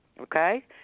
Okay